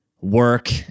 work